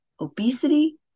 obesity